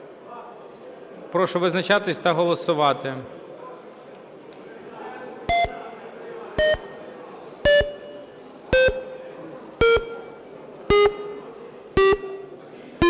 Прошу визначатися та голосувати.